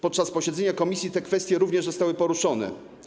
Podczas posiedzenia komisji te kwestie również zostały poruszone.